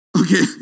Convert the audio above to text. Okay